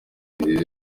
nziza